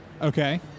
Okay